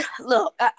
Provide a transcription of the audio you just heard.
look